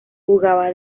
jugaba